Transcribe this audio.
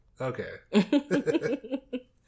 Okay